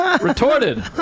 Retorted